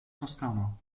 toskana